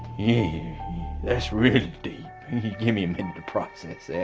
yeah that's really deep give me and and process and